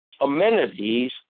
amenities